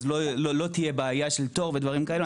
אז לא תהיה בעיה של תור ודברים כאלה.